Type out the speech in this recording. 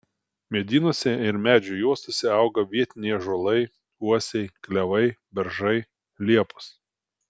medynuose ir medžių juostose auga vietiniai ąžuolai uosiai klevai beržai liepos